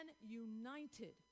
united